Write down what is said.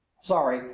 sorry,